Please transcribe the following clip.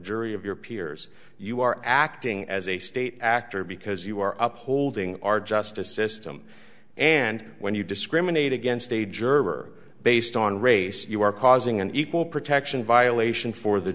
jury of your peers you are acting as a state actor because you are up holding our justice system and when you discriminate against a juror based on race you are causing an equal protection violation for the